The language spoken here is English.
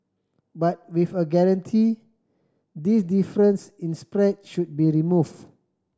but with a guarantee this difference in spread should be removed